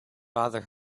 bother